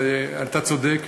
אתה צודק,